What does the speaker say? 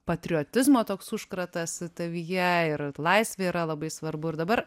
patriotizmo toks užkratas tavyje ir laisvė yra labai svarbu ir dabar